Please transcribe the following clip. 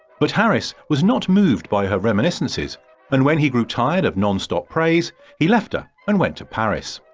but harris was not moved by her reminiscences and when he grew tired of non-stop praise, he left her and went to paris,